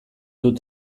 dut